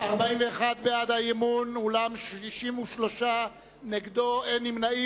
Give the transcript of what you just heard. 41 בעד האי-אמון, אולם 63 נגדו, ואין נמנעים.